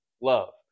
love